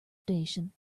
station